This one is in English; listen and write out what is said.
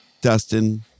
Dustin